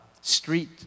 street